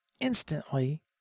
instantly